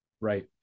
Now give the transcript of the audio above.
Right